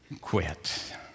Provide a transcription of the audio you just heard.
quit